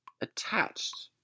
attached